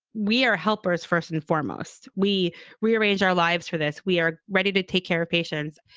we are helpers first and foremost. we rearrange our lives for this. we are ready to take care of patients.